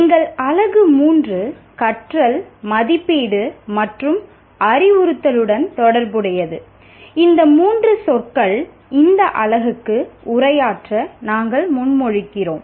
எங்கள் அலகு 3 கற்றல் மதிப்பீடு மற்றும் அறிவுறுத்தலுடன் தொடர்புடையது இந்த மூன்று சொற்களை பற்றி இந்த அலகில் உரையாற்ற நாங்கள் முன்மொழிகிறோம்